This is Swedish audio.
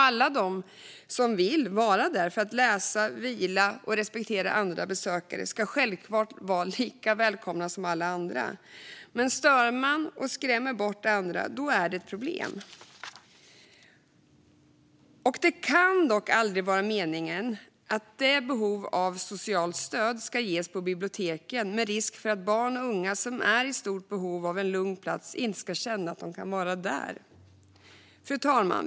Alla de som vill vara på biblioteket för att läsa och vila och som respekterar andra besökare ska självklart vara lika välkomna som alla andra. Men stör man och skrämmer bort andra är det ett problem. Det kan aldrig vara meningen att socialt stöd ska ges på biblioteken med risk för att barn och unga som är i stort behov av en lugn plats ska känna att de inte kan vara där. Fru talman!